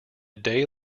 day